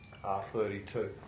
R32